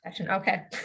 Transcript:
okay